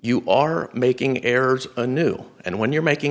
you are making errors a new and when you're making